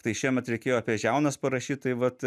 tai šiemet reikėjo apie žiaunas parašyt tai vat